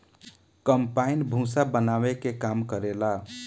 combine भूसा बानावे के काम करेला